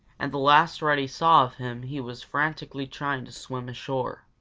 and the last reddy saw of him he was frantically trying to swim ashore.